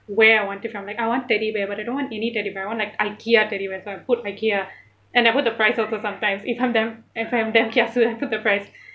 where I want it from like I want teddy bear but I don't want any teddy bear I want like ikea teddy bear so I put ikea and I put the price also sometimes if I'm damn if I'm damn kiasu I put the price